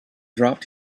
dropped